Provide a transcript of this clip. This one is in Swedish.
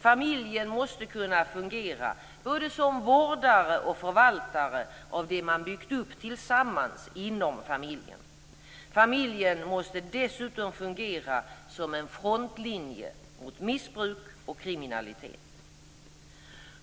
Familjen måste kunna fungera både som vårdare och förvaltare av det man byggt upp tillsammans inom familjen. Familjen måste dessutom fungera som en frontlinje mot missbruk och kriminalitet.